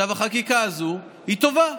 עכשיו, החקיקה הזאת היא טובה.